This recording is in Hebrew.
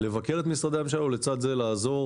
לבקר את משרדי הממשלה ולצד זה לעזור